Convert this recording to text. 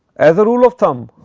as a rule of thumb,